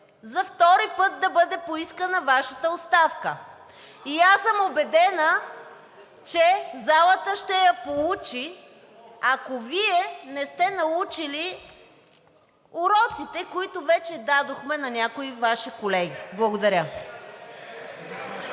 за втори път да бъде поискана Вашата оставка. И аз съм убедена, че залата ще я получи, ако Вие не сте научили уроците, които вече дадохме на някои Ваши колеги. Благодаря.